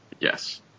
yes